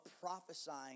prophesying